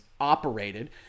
operated